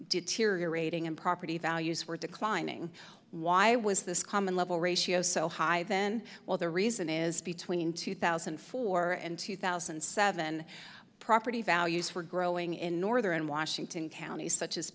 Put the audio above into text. deteriorating and property values were declining why was this common level ratio so high then well the reason is between two thousand and four and two thousand and seven property values were growing in northern washington county such as